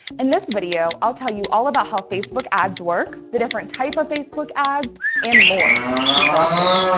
and this video, i'll tell you all about how facebook ads work, the different types of facebook ads, and more. keep watching!